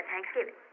Thanksgiving